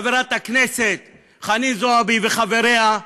חברת הכנסת חנין זועבי וחבריה,